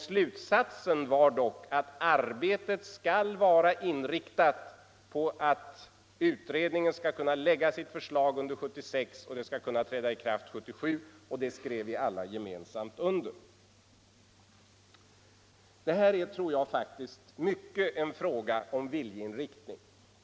Slutsatsen var dock att arbetet skall vara inriktat på att utredningen skall kunna framlägga sitt förslag under 1976 och att beslutet skall kunna träda i kraft 1977, och detta skrev vi alla gemensamt under. Det här är, tror jag, en fråga om viljeinriktning.